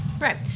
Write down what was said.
Right